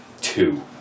two